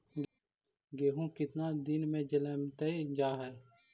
गेहूं केतना दिन में जलमतइ जा है?